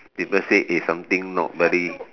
people say eh something not very